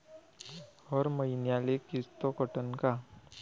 हर मईन्याले किस्त कटन का?